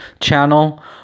channel